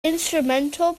instrumental